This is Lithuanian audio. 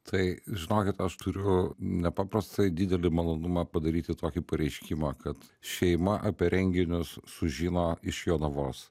tai žinokit aš turiu nepaprastai didelį malonumą padaryti tokį pareiškimą kad šeima apie renginius sužino iš jonavos